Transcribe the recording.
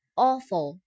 awful，